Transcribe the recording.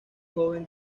joven